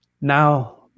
Now